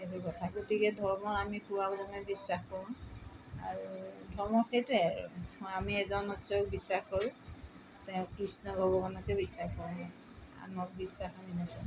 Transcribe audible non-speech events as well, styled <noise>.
সেইটো কথা গতিকে ধৰ্ম আমি পূৰা মানে বিশ্বাস কৰোঁ আৰু ধৰ্ম সেইটোৱে আৰু আমি এজন ঈশ্বৰক বিশ্বাস কৰোঁ তেওঁ কৃষ্ণ ভগৱানকে বিশ্বাস কৰোঁ আনক বিশ্বাস <unintelligible>